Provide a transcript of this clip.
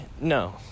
no